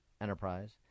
Enterprise